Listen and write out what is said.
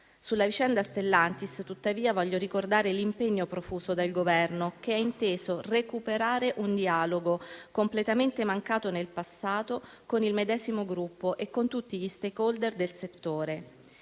Sulla vicenda Stellantis, tuttavia, voglio ricordare l'impegno profuso dal Governo, che ha inteso recuperare un dialogo, completamente mancato nel passato, con il medesimo gruppo e con tutti gli *stakeholder* del settore.